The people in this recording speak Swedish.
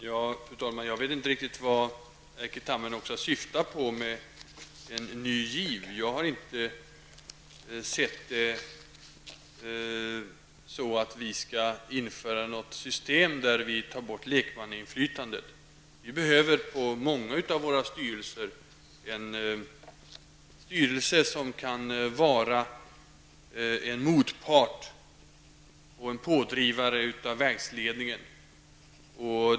Fru talman! Jag vet inte riktigt vad Erkki Tammenoksa syftar på med uttrycket en ny giv. Jag har inte sett det så att vi skall införa något system där lekmannainflytandet tas bort. Vi behöver i många av våra styrelser ledamöter som kan vara motpart och driva på av verksledningen.